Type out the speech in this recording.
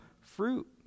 fruit